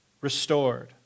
restored